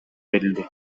берилди